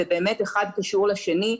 ובאמת אחד קשור לשני,